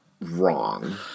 wrong